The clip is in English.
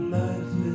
life